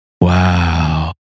Wow